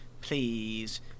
Please